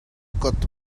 gotta